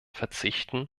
verzichten